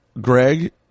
Greg